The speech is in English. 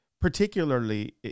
particularly